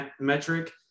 metric